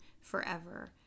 forever